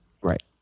Right